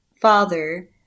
father